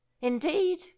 indeed